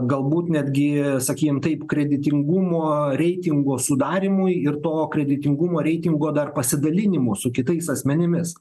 galbūt netgi sakykim taip kreditingumo reitingo sudarymui ir to kreditingumo reitingo dar pasidalinimui su kitais asmenimis